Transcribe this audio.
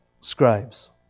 scribes